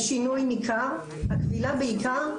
שיש שינוי ניכר וכי הכבילה בעיקר,